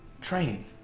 train